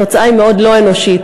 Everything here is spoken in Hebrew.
התוצאה היא מאוד לא אנושית.